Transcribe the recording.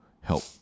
help